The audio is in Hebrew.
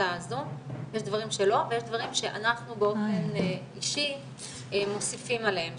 יש דברים שלא ויש דברים שאנחנו באופן אישי מוסיפים עליהם,